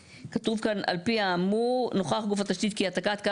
כתוב כאן "על פי האמור נוכח גוף התשתית כי העתקת קו